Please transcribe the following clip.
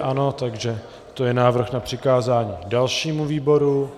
Ano, takže to je návrh na přikázání dalšímu výboru.